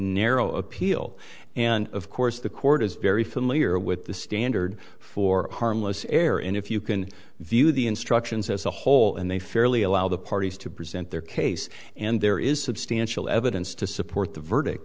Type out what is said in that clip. narrow appeal and of course the court is very familiar with the standard for harmless error and if you can view the instructions as a whole and they fairly allow the parties to present their case and there is substantial evidence to support the verdict